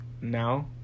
Now